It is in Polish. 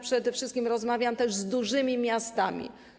Przede wszystkim rozmawiam też z dużymi miastami.